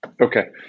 Okay